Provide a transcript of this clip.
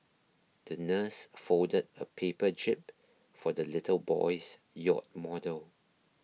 the nurse folded a paper jib for the little boy's yacht model